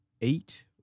eight